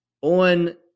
on